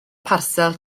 parsel